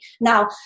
Now